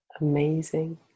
amazing